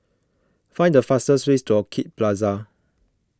find the fastest way to Orchid Plaza